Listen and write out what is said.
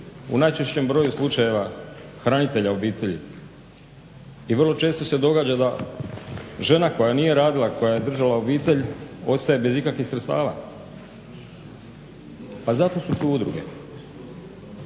u najčešćem broju slučajeva hranitelja obitelji i vrlo često se događa da žena koja nije radila, koja je držala obitelj ostaje bez ikakvih sredstava. Pa zato su tu udruge.